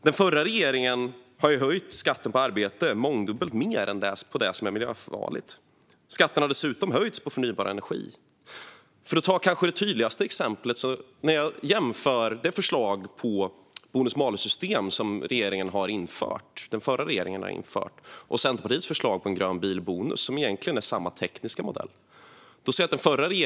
Den förra regeringen har höjt skatten på arbete mångdubbelt mer än på det som är miljöfarligt. Skatterna har dessutom höjts på förnybar energi. Det kanske tydligaste exemplet är det förslag till bonus-malus-system som den förra regeringen har genomfört och Centerpartiets förslag om en grön bilbonus som egentligen är samma tekniska modell.